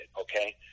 okay